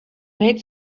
made